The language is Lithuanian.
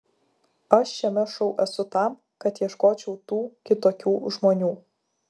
aš šiame šou esu tam kad ieškočiau tų kitokių žmonių